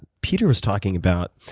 peter was talking about,